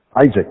Isaac